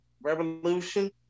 revolution